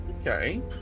Okay